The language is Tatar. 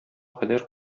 кадәр